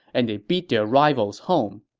and they beat their rival home.